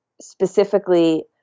specifically